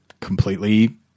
completely